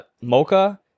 mocha